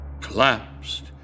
collapsed